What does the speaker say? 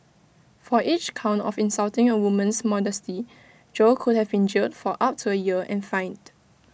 for each count of insulting A woman's modesty Jo could have been jailed for up to A year and fined